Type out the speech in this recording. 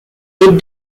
est